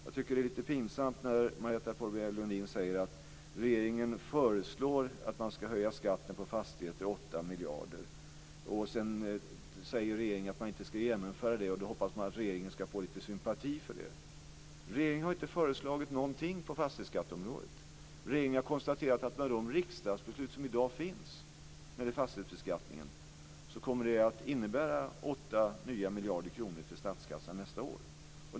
Jag tycker att det är lite pinsamt när Marietta de Pourbaix-Lundin säger att regeringen föreslår att man ska höja skatten på fastigheter med 8 miljarder och att regeringen sedan kommer att säga att man inte ska genomföra det och hoppas få sympati för det. Regeringen har inte föreslagit någonting på fastighetsskatteområdet. Regeringen har konstaterat att med de riksdagsbeslut som i dag finns när det gäller fastighetsbeskattningen kommer det att innebära 8 nya miljarder kronor till statskassan nästa år.